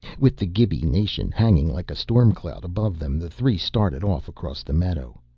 with the gibi nation hanging like a storm cloud above them, the three started off across the meadow.